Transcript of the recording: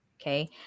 okay